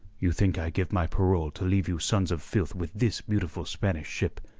you think i give my parole to leave you sons of filth with this beautiful spanish ship,